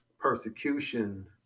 persecution